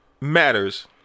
matters